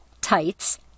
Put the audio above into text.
tights